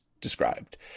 described